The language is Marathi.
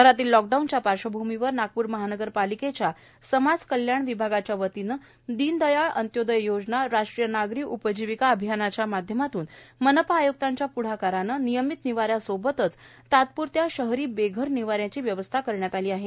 शहरातील लॉकडाऊनच्या पार्श्वभूमीवर नागपूर करून महानगरपालिकेच्या समाजकल्याण विभागातर्फे दीनदयाळ अंत्योदय योजना राष्ट्रीय नागरी उपजीविका अभियानाच्या माध्यमातून मनपा आय्क्तांच्या प्ढाकाराने नियमित निवाऱ्यासोबतच तात्प्रत्या शहरी बेघर निवाऱ्याची व्यवस्था करण्यात आली आहे